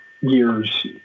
year's